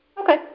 Okay